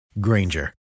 Granger